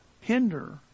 hinder